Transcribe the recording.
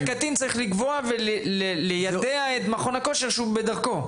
זה אומר שהקטין צריך לקבוע וליידע שהוא בדרכו למכון הכושר.